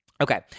okay